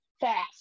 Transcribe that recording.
fast